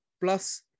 plus